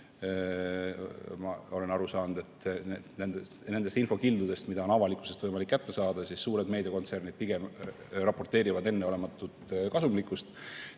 ma olen aru saanud nendest infokildudest, mida on avalikkusest võimalik kätte saada, et suured meediakontsernid pigem raporteerivad enneolematut kasumlikkust.